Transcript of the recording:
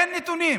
אין נתונים.